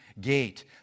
gate